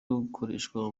gukoreshwa